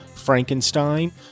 Frankenstein